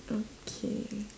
okay